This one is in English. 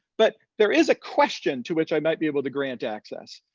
but there is a question to which i might be able to grant access.